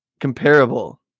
comparable